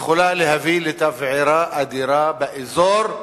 יכולה להביא לתבערה אדירה באזור,